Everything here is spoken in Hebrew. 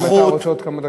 אם אתה רוצה עוד כמה דקות,